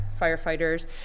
firefighters